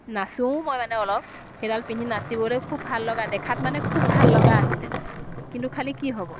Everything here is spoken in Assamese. নাচোও মই মানে অলপ সেইডাল পিন্ধি নাচিবলৈও খুব ভাল লগা দেখাত মানে খুব ভাল লগা আছিলে কিন্তু খালী কি হ'ব